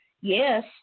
yes